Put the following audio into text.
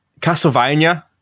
Castlevania